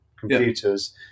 Computers